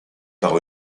par